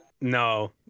No